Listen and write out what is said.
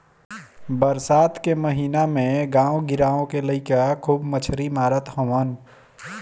बरसात के महिना में गांव गिरांव के लईका खूब मछरी मारत हवन